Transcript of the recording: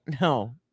No